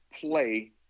play